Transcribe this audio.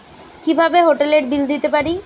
কিভাবে হোটেলের বিল দিতে পারি?